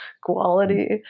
quality